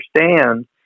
understand